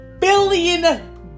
billion